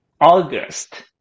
August